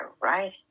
right